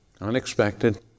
Unexpected